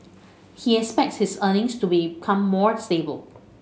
he expects his earnings to become more stable